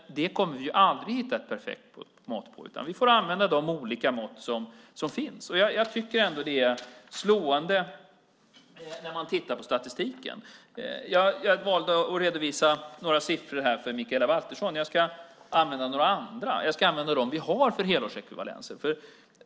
Det kommer vi aldrig att hitta ett perfekt mått på. Vi får använda de mått som finns. Jag tycker ändå att det är slående när man tittar på statistiken. Jag valde att redovisa några siffror för Mikaela Valtersson. Jag har några andra. Jag ska använda dem vi har för helårsekvivalenser.